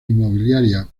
inmobiliaria